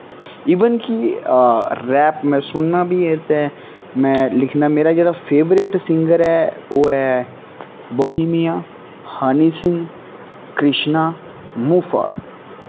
even कि rap में सुनना बी ऐ ते में लिखना मेरा जेह्ड़ा फेवरट सिंगर ऐ ओह् ऐ बोहिमियां हनी सिंह कृष्णा मुफड़